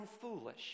foolish